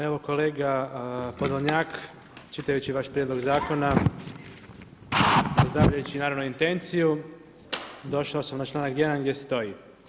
Evo kolega Podolnjak, čitajući vaš prijedlog zakona, pozdravljajući naravno intenciju došao sam na članak 1. gdje stoji.